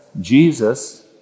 Jesus